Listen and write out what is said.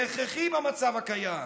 זה הכרחי במצב הקיים